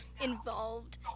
involved